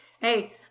Hey